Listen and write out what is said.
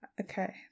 Okay